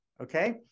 Okay